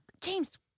James